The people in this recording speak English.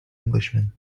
englishman